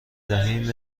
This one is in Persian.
دهیم